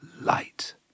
light